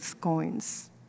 coins